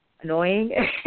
annoying